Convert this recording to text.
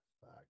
fuck